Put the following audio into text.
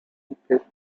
depend